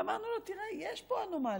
ואמרנו לו: תראה, יש פה אנומליות.